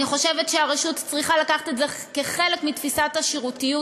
אני חושבת שהרשות צריכה לקחת את זה כחלק מתפיסת השירותיות